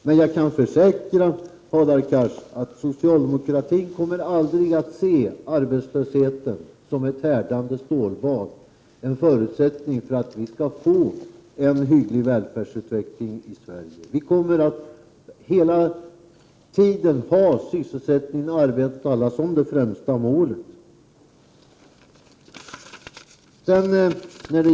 Men jag kan försäkra Hadar Cars att socialdemokratin aldrig kommer att se arbetslösheten som ett härdande stålbad, en förutsättning för att vi skall få en hygglig välfärdsutveckling i Sverige. Vi kommer att hela tiden ha sysselsättning och arbete åt alla som det främsta målet.